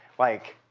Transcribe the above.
like,